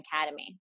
academy